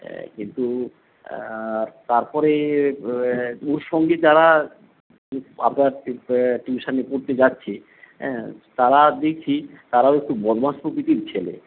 কিন্তু তারপরে ওর সঙ্গে যারা আপনার টিউশনি পড়তে যাচ্ছে তারা দেখছে তারাও একটু বদমাশ প্রকৃতির ছেলে